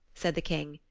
said the king,